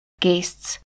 guests